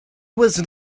was